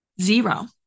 zero